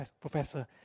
professor